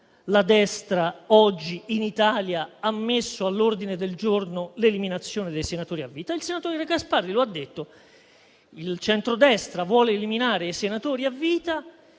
la destra in Italia ha messo all'ordine del giorno l'eliminazione dei senatori a vita. Il senatore Gasparri lo ha detto: il centrodestra vuole eliminare i senatori a vita